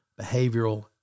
behavioral